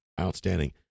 Outstanding